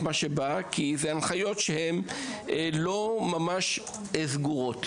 מה שהיא רוצה כי אלה הנחיות שהן לא ממש סגורות.